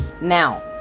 Now